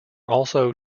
also